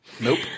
Nope